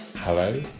Hello